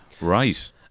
Right